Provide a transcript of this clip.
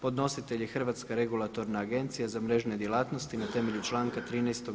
Podnositelj je Hrvatska regulatorna agencija za mrežne djelatnosti na temelju članka 13.